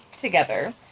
together